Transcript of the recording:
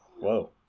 Whoa